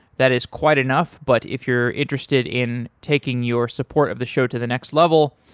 that is quite enough, but if you're interested in taking your support of the show to the next level,